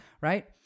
Right